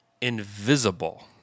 invisible